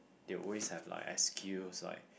they always have like excuse like